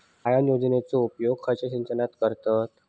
गाळण यंत्रनेचो उपयोग खयच्या सिंचनात करतत?